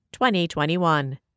2021